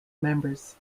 members